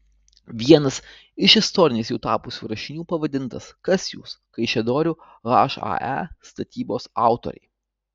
vienas iš istoriniais jau tapusių rašinių pavadintas kas jūs kaišiadorių hae statybos autoriai